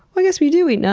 i guess we do eat